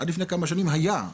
עד לפני כמה שנים היה,